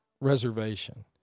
reservation